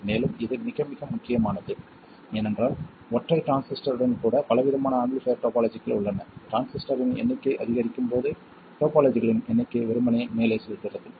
மேலும் இது மிக மிக முக்கியமானது ஏனென்றால் ஒற்றை டிரான்சிஸ்டருடன் கூட பலவிதமான ஆம்பிளிஃபைர் டோபாலஜிகள் உள்ளன டிரான்சிஸ்டரின் எண்ணிக்கை அதிகரிக்கும்போது டோபாலஜிகளின் எண்ணிக்கை வெறுமனே மேலே செல்கிறது 1130